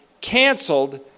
canceled